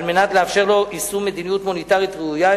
על מנת לאפשר לו יישום מדיניות מוניטרית ראויה,